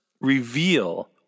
reveal